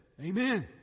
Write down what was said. Amen